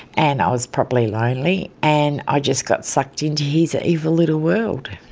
and i was probably lonely and i just got sucked into his ah evil little world.